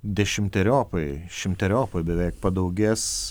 dešimteriopai šimteriopai beveik padaugės